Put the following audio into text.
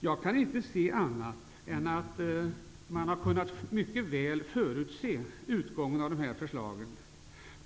Jag kan inte se annat än att man mycket väl har kunnat förutse utgången av dessa förslag.